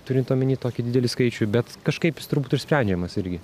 turint omeny tokį didelį skaičių bet kažkaip jis turbūt išsprendžiamas irgi